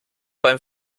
beim